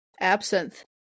absinthe